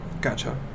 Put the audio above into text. gotcha